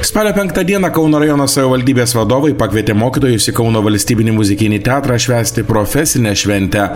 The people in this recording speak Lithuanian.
spalio penktą dieną kauno rajono savivaldybės vadovai pakvietė mokytojus į kauno valstybinį muzikinį teatrą švęsti profesinę šventę